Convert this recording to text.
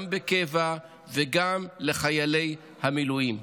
גם בקבע וגם לחיילי המילואים.